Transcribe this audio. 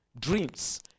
dreams